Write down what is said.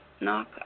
knock